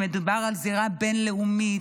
מדובר על זירה בין-לאומית,